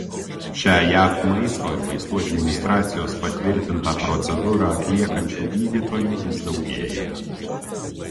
šią jav maisto ir vaistų administracijos patvirtintą procedūrą atliekančių gydytojų vis daugėja